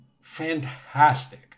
fantastic